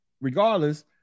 regardless